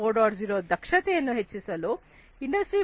0 ದಕ್ಷತೆಯನ್ನು ಹೆಚ್ಚಿಸಲು ಇಂಡಸ್ಟ್ರಿ4